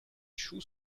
choux